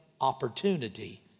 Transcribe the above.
opportunity